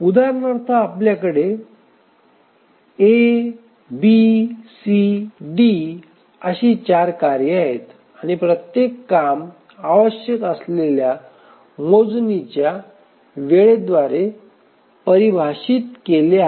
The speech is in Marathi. उदाहरणार्थ आपल्याकडे A B D अशी चार कार्ये आहेत आणि प्रत्येक काम आवश्यक असलेल्या मोजणीच्या वेळेद्वारे परिभाषित केले आहे